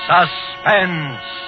Suspense